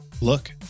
look